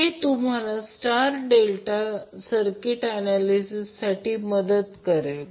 हे तुम्हाला star delta circuit ऍनॅलिसिससाठी मदत करेल